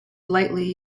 lightly